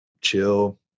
chill